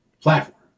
platform